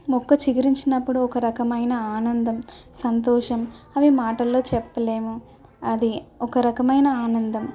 మొక్క చిగురించినప్పుడు ఒక రకమైన ఆనందం సంతోషం అవి మాటల్లో చెప్పలేము అది ఒక రకమైన ఆనందం